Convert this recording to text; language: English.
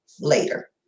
later